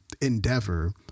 endeavor